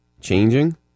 changing